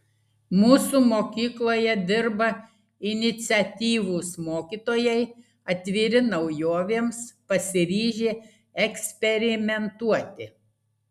mūsų mokykloje dirba iniciatyvūs mokytojai atviri naujovėms pasiryžę eksperimentuoti